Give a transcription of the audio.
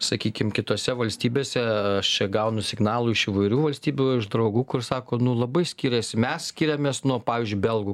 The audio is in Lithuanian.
sakykim kitose valstybėse aš čia gaunu signalų iš įvairių valstybių iš draugų kur sako nu labai skiriasi mes skiriamės nuo pavyzdžiui belgų